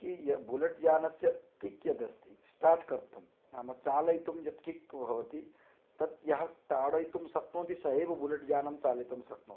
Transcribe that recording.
कि य बुलेट् यानस्य किक् यद् अस्ति स्टार्ट् कर्तुं नाम चालयितुं यत् किक् भवति तत् यः ताडयितुं शक्नोति स एव बुलेट् यानं चालयितुं शक्नोति